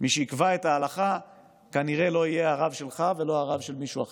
מי שיקבע את ההלכה כנראה לא יהיה הרב שלך ולא הרב של מישהו אחר,